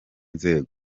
nzego